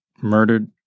murdered